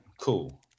cool